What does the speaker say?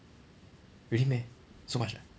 really meh so much ah